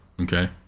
okay